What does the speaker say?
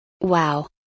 Wow